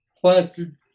plastered